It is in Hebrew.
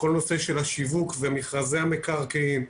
כל נושא השיווק ומכרזי המקרקעין,